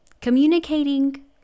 communicating